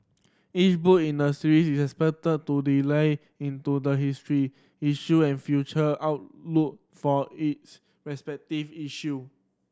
each book in the series is expected to delve into the history issue and future outlook for its respective issue